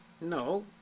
No